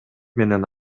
менен